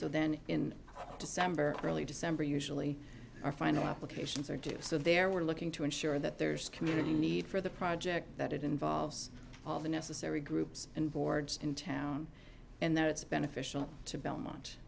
so then in december early december usually our final applications are due so there were looking to ensure that there's community need for the project that it involves all the necessary groups and boards in town and that it's beneficial to belmont